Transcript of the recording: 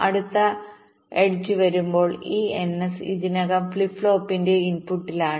അടുത്ത എഡ്ജ് വരുമ്പോൾ ഈ NS ഇതിനകം ഫ്ലിപ്പ് ഫ്ലോപ്പിന്റെ ഇൻപുട്ടിലാണ്